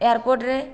ଏୟାରପୋର୍ଟରେ